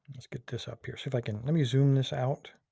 let's get this up here. see if i can. let me zoom this out.